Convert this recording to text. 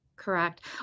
Correct